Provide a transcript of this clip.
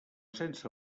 sense